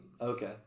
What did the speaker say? Okay